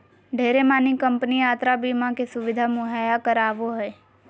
ढेरे मानी कम्पनी यात्रा बीमा के सुविधा मुहैया करावो हय